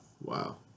Wow